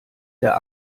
der